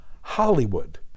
Hollywood